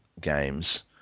games